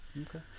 Okay